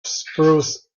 spruce